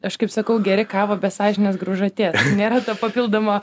aš kaip sakau geri kavą be sąžinės graužaties nėra ta papildomo